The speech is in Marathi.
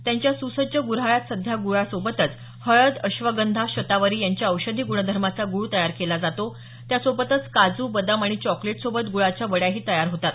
त्यांच्या सुसज्ज ग्र हाळात साध्या ग्रळासोबतच हळद अश्वगंधा शतावरी यांच्या औषधी ग्रणधर्माचा गूळ तयार केला जातो त्यासोबतच काजू बदाम आणि चॉकलेटसोबत गूळाच्या वड्याही तयार होतात